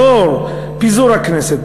לאור פיזור הכנסת,